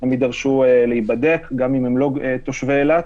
הם יידרשו להיבדק, גם אם הם לא תושבי אילת.